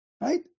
Right